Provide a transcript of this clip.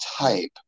type